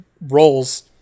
roles